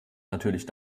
natürlich